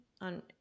on